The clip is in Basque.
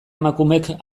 emakumek